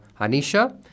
Anisha